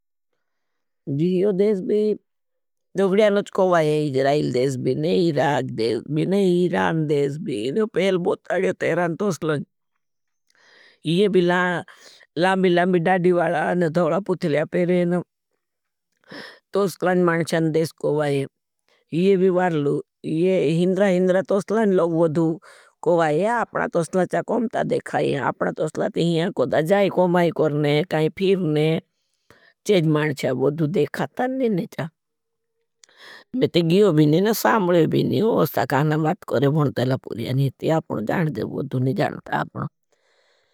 जीयो देश भी दोगड़ियान अच्छा कोवा है, इजराहिल देश भी, नहीं हीराख देश भी, नहीं हीराँ देश भी, पहल बोत आड़े तेरान तोसलाज। ये भी लांबी-लांबी डाड़ी वाला और धोला पुत्लिया पेरें, तोसलाज मानशान देश कोवा है। ये भी वालू, हिंद्रा-हिंद्रा तोसलाज लोग बदु कोवा है, अपना तोसलाज चा कमता देखा है। अपना तोसलाज इहां कोड़ा जाए कोमाई करने, काई फिरने, चेज मानशा बदु देखाता नहीं नेचा। बेते गियो भी नहीं, साम्बले भी नहीं, वो सकाना बात करें, भुनतला पुर्या निति, आपनो जान जे, बदु नहीं जानता आपनो।